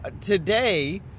today